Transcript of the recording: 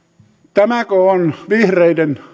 tämäkö on vihreiden